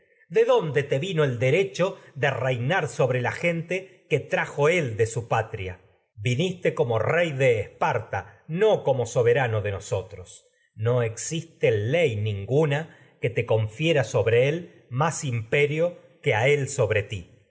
de dónde te vino el derecho de reinar que gente trajo él de su patria viniste como rey esparta no como soberano de nosotros ni existe ley él más ninguna sobre ti que te confiera sobre imperio que a él no